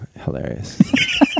Hilarious